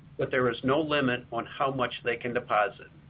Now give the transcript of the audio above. but there is no limit on how much they can deposit.